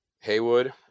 Haywood